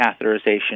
catheterization